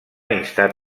instar